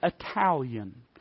Italian